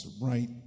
right